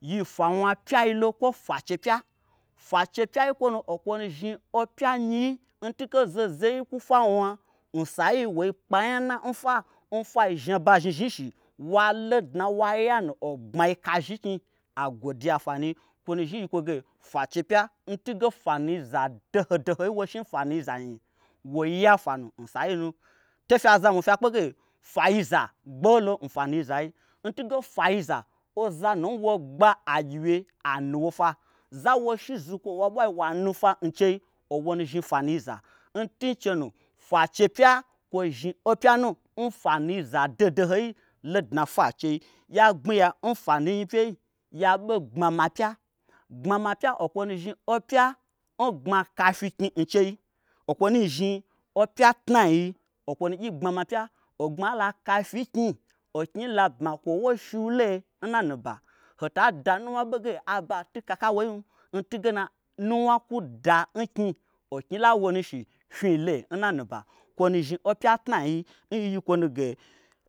Yi fwa wna pyeilo kwo fwache pya fwache pyai nkwonu o kwonu zhni opya nyi ntunge zahozahoi kwu fwawna n sai n wo kpe anya na n fwa ofwi zhni aba zhnizhni shi walo dna waya nu ogbmai kazhi nknyi agwoduya n fwanui okwonu zhni yi yi kwo ge fwache pya. ntunge fwanuiza dohodohoi n wo fwa zhni fwanui za nu woi ya fwanu nsai nu to fya zamwi fya kpege fwayiza gbolo n fwanuizai ntunge fwayiza oza nu nwo gba agyiwye anu wofwa za n wo shi zukwo nwo aɓwai wa nu fwa nchei owonu zhni fwanuiza n tun chenu fwache pya kwo zhni opya nu n fwanui za dohodohoi lodna fwa n chei ya gbmi ya n fwa nuipyai ya ɓe gbmama pya. Gbmama pya okwo nu zhni opya n gbma kafyi nchei okwonu zhni opya tnaiyi okwo nu gyi gbma ma pya ogbmai la yakafi nknyi oknyi la bma kwo wo shiule nna nuba hota da nuwna ɓo ge aba tu kaka woyim n tugena nuwna kwuda nknyi oknyi la wonushi fnyile n na nuba okwonu zhni opya tnai yi n yiyi kwonu